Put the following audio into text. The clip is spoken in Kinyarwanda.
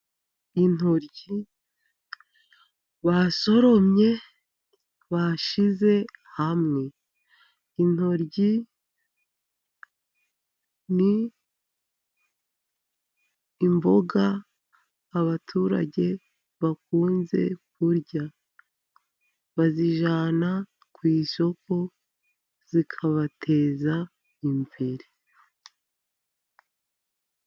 Intoryi basoromye, bashyize hamwe. Intoryi ni imboga abaturage bakunze kurya. Bazijyana ku isoko zikabateza imbere.